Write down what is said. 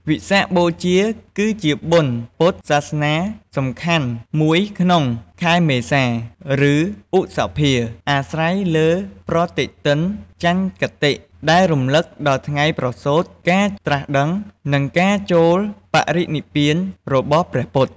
វិសាខបូជាគឺជាបុណ្យពុទ្ធសាសនាសំខាន់មួយក្នុង ខែមេសា ឬឧសភាអាស្រ័យលើប្រតិទិនចន្ទគតិ ដែលរំលឹកដល់ថ្ងៃប្រសូតការត្រាស់ដឹង និងការចូលបរិនិព្វានរបស់ព្រះពុទ្ធ។